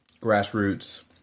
grassroots